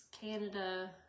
Canada